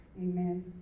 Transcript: Amen